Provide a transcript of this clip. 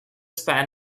span